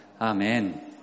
Amen